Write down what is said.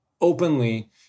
openly